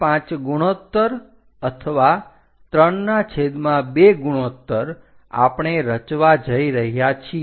5 ગુણોત્તર અથવા 32 ગુણોત્તર આપણે રચવા જઈ રહ્યા છીએ